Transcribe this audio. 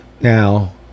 Now